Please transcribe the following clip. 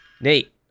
Nate